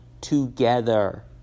together